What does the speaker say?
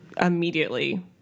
immediately